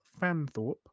Fanthorpe